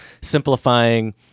simplifying